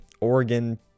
Oregon